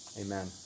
Amen